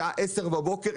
בשעה 10 בבוקר,